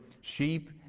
sheep